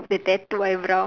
the tattoo eyebrow